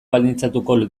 baldintzatuko